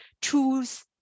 choose